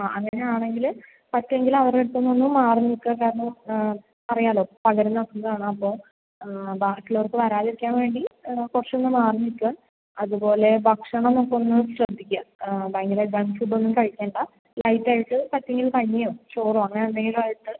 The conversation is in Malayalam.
ആ അങ്ങനെ ആണെങ്കിൽ പറ്റുമെങ്കിൽ അവരെ അടുത്ത് നിന്ന് ഒന്ന് മാറി നിൽക്കുക കാരണം അറിയാമല്ലോ പകരുന്ന അസുഖമാണ് അപ്പോൾ ബാക്കി ഉള്ളവർക്ക് വരാതിരിക്കാൻ വേണ്ടി കുറച്ച് ഒന്ന് മാറി നിൽക്കുക അതുപോലെ ഭക്ഷണം ഒക്കെ ഒന്ന് ശ്രദ്ധിക്കുക ഭയങ്കര ജങ്ക് ഫുഡ് ഒന്നും കഴിക്കേണ്ട ലൈറ്റ് ആയിട്ട് പറ്റുമെങ്കിൽ കഞ്ഞിയോ ചോറോ അങ്ങനെ എന്തെങ്കിലുമായിട്ട്